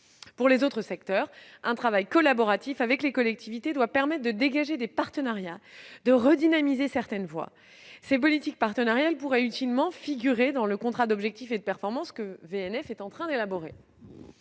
Pour les autres secteurs, un travail collaboratif avec les collectivités doit permettre de dégager des partenariats et de redynamiser certaines voies. Ces politiques partenariales pourraient utilement figurer dans le contrat d'objectifs et de performance que VNF est en train d'élaborer.